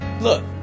Look